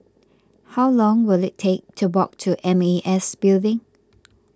how long will it take to walk to M A S Building